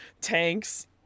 tanks